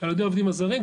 על ידי העובדים הזרים.